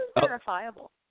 verifiable